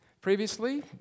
previously